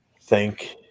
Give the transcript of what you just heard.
thank